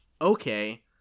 okay